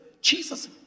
Jesus